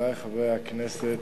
חברי חברי הכנסת,